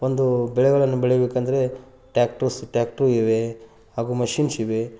ಒಂದು ಬೆಳೆಗಳನ್ನು ಬೆಳಿಬೇಕೆಂದ್ರೆ ಟ್ಯಾಕ್ಟರ್ಸ್ ಟ್ಯಾಕ್ಟ್ರು ಇವೆ ಹಾಗು ಮಷಿನ್ಸ್ ಇವೆ